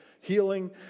healing